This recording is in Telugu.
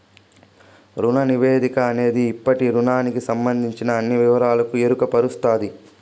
రుణ నివేదిక అనేది ఇప్పటి రుణానికి సంబందించిన అన్ని వివరాలకు ఎరుకపరుస్తది